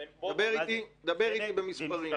דבר איתי במספרים.